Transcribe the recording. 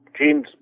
James